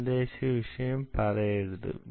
സന്ദേശ വിഷയം പറയരുത്